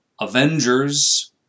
Avengers